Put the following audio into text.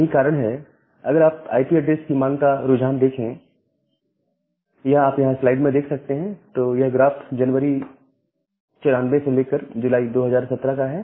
यही कारण है कि अगर आप आईपी ऐड्रेसेस की मांग का रुझान देखें यह आप यहां स्लाइड में देख सकते हैं तो यह ग्राफ जनवरी 94 से जुलाई 2017 का है